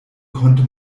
konnte